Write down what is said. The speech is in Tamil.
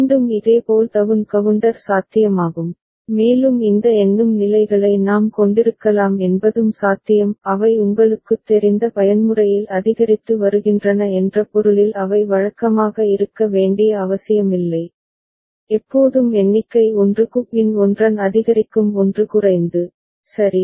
மீண்டும் இதேபோல் டவுன் கவுண்டர் சாத்தியமாகும் மேலும் இந்த எண்ணும் நிலைகளை நாம் கொண்டிருக்கலாம் என்பதும் சாத்தியம் அவை உங்களுக்குத் தெரிந்த பயன்முறையில் அதிகரித்து வருகின்றன என்ற பொருளில் அவை வழக்கமாக இருக்க வேண்டிய அவசியமில்லை எப்போதும் எண்ணிக்கை 1 க்கு பின் ஒன்றன் அதிகரிக்கும் 1 குறைந்து சரி